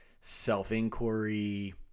self-inquiry